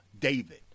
David